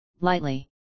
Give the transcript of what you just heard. lightly